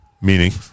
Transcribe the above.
Meaning